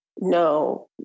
no